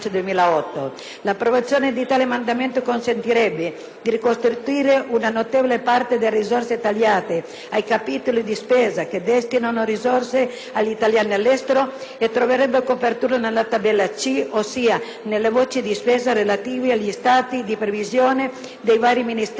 di ricostituire una notevole parte delle risorse tagliate ai capitoli di spesa che destinano risorse agli italiani all'estero e troverebbe copertura nella Tabella C, ossia nelle voci di spesa relative agli stati di previsione dei vari ministeri, con l'esclusione di alcune poste socialmente sensibili